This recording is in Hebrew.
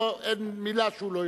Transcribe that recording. אין מלה שהוא לא,